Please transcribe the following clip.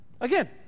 Again